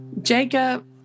Jacob